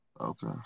Okay